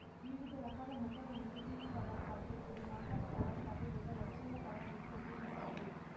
వివిధ రకాల మొక్కల నుండి పీచు పదార్థాలతో కూడిన ఆహార పదార్థాలు లేదా వస్తువుల తయారీకు ఉపయోగిస్తారు